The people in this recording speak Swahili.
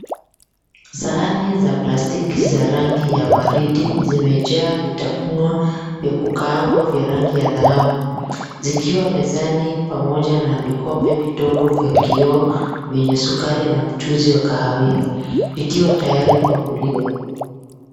Sahani ya plastiki za rangi ya waridi, vimejaa vitafunwa vya kukaangwa vya rangi ya dhahabu, vikiwa mezani pamoja na vikombe vidogo vyenye sukari na mchuzi wa kahawia vikiwa tayari kwa kuliwa.